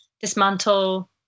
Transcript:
dismantle